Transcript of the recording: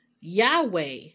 Yahweh